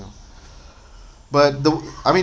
ya but the I mean